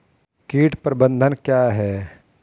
कीट प्रबंधन क्या है?